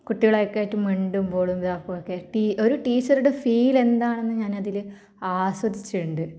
കുട്ടികളൊക്കെ ആയിട്ട് മിണ്ടുമ്പോളും ഇതാക്കുമൊക്കെ ടീ ഒരു ടീച്ചറുടെ ഫീൽ എന്താണെന്ന് ഞാനതിൽ ആസ്വദിച്ചിട്ടുണ്ട്